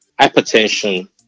hypertension